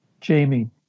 Jamie